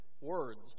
words